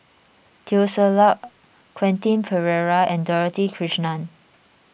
Teo Ser Luck Quentin Pereira and Dorothy Krishnan